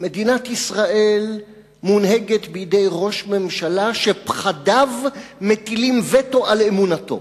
מדינת ישראל מונהגת בידי ראש ממשלה שפחדיו מטילים וטו על אמונתו.